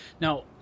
Now